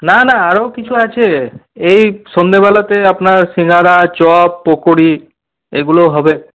না না আরো কিছু আছে এই সন্ধ্যে বেলাতে আপনার সিঙ্গারা চপ পকোরী এইগুলোও হবে